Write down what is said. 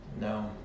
No